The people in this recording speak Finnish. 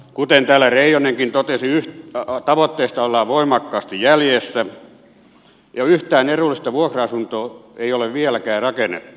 kuten täällä reijonenkin totesi tavoitteesta ollaan voimakkaasti jäljessä ja yhtään edullista vuokra asuntoa ei ole vieläkään rakennettu